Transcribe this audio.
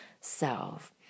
self